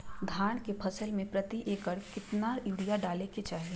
धान के फसल में प्रति एकड़ कितना यूरिया डाले के चाहि?